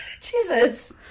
Jesus